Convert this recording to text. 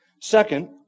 Second